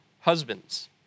Husbands